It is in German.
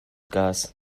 gas